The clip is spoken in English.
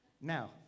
Now